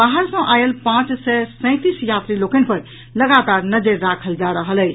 बाहर सँ आयल पांच सय सैंतीस यात्री लोकनि पर लगातार नजरि राखल जा रहल अछि